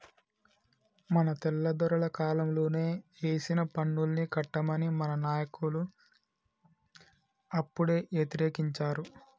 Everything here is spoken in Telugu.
మన తెల్లదొరల కాలంలోనే ఏసిన పన్నుల్ని కట్టమని మన నాయకులు అప్పుడే యతిరేకించారు